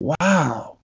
wow